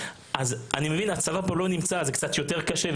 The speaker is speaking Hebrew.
אני מבין, הצבא פה לא נמצא אז זה קצת יותר קשה.